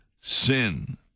sin